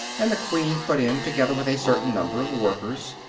and the queen put in, together with a certain number of workers,